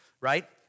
right